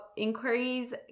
inquiries